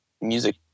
music